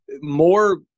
more